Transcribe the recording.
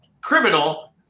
criminal